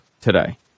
today